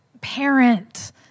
parent